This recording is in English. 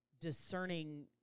discerning